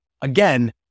again